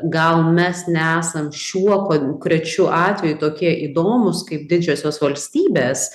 gal mes nesam šiuo konkrečiu atveju tokie įdomūs kaip didžiosios valstybės